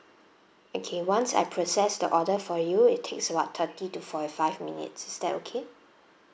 okay once I processed the order for you it takes about thirty to forty five minutes is that okay